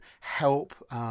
help